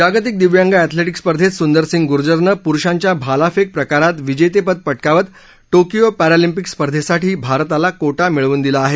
जागतिक दिव्यांग अँेथलेटिक्स स्पर्धेत सुंदर सिंग गुर्जरनं पुरुषांच्या भालाफेक प्रकारात विजेतेपद पटकावत टोकियो पॅरालिम्पिक स्पर्धेसाठी भारताला कोटा मिळवून दिला आहे